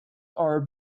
are